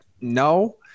No